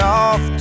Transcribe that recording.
off